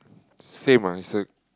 same ah it's a